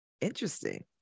Interesting